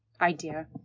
idea